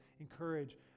encourage